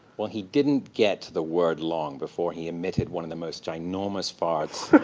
well, he didn't get to the word long before he emitted one of the most ginormous farts